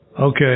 okay